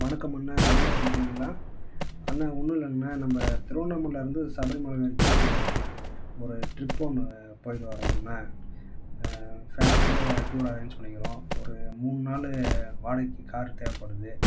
வணக்கம் அண்ணா ஊலோ கம்பெனிங்கலா அண்ணா ஒன்றும் இல்லைங்க அண்ணா நம்ம திருவண்ணாமலைலேருந்து சபரிமலை வரைக்கும் ஒரு ட்ரிப் ஒன்று போய்ட்டு வரணும் அண்ணா ஃபேமிலியோடு டூர் அரேஞ்ச் பண்ணிருக்கிறோம் ஒரு மூணு நாள் வாடகைக்கு கார் தேவைப்படுது